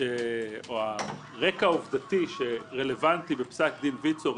או הרקע העובדתי שרלוונטי לפסק דין ויצו,